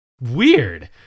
weird